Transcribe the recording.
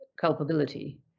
culpability